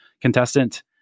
contestant